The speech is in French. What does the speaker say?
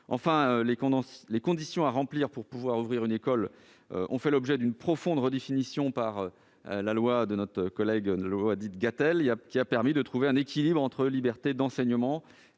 école. Les conditions à remplir pour pouvoir ouvrir une école ont fait l'objet d'une profonde redéfinition dans la loi Gatel, qui a permis de trouver un équilibre entre liberté d'enseignement